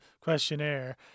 questionnaire